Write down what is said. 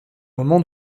moment